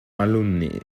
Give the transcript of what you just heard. alumni